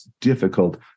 difficult